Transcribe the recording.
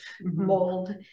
mold